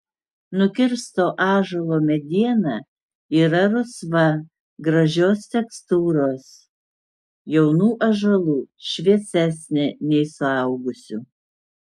nukirsto ąžuolo mediena yra rusva gražios tekstūros jaunų ąžuolų šviesesnė nei suaugusių